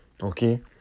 Okay